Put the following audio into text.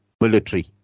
military